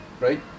right